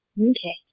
Okay